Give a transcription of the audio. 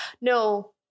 No